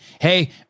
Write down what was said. hey